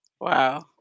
Wow